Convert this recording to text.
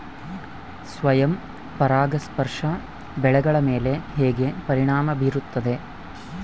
ಸ್ವಯಂ ಪರಾಗಸ್ಪರ್ಶ ಬೆಳೆಗಳ ಮೇಲೆ ಹೇಗೆ ಪರಿಣಾಮ ಬೇರುತ್ತದೆ?